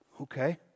Okay